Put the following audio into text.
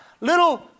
little